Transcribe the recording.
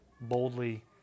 boldly